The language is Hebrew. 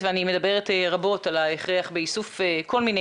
אני מדברת רבות על ההכרח באיסוף כל מיני